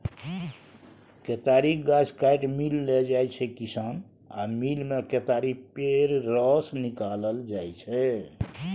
केतारीक गाछ काटि मिल लए जाइ छै किसान आ मिलमे केतारी पेर रस निकालल जाइ छै